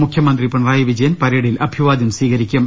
മൂഖ്യമന്ത്രി പിണറായി വിജയൻ പരേഡിൽ അഭിവാദ്യം സ്വീകരിക്കും